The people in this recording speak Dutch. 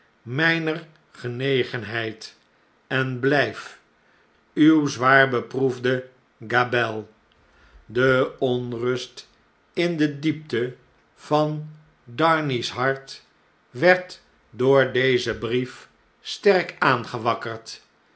mgner genegenheid en bljjf uw zwaarbeproefde gabelle de onrust in de diepte van darnay's hart werd door dezen brief sterk aangewakkerd